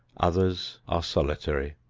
others are solitary.